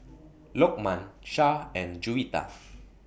Lokman Shah and Juwita